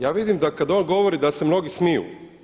Ja vidi da kada on govori da se mnogi smiju.